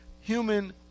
human